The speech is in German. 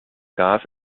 gas